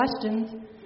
questions